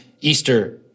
Easter